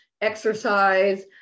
exercise